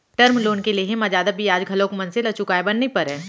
term loan के लेहे म जादा बियाज घलोक मनसे ल चुकाय बर नइ परय